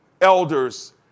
elders